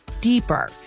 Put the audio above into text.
deeper